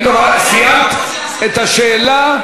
אם סיימת את השאלה,